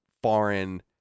foreign